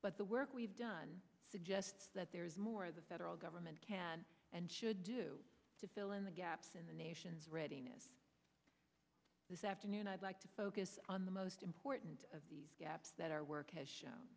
but the work we've done suggests that there is more the federal government can and should do to fill in the gaps in the nation's readiness this afternoon i'd like to focus on the most important of these gaps that are work